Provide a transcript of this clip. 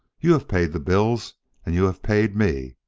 you have paid the bills and you have paid me.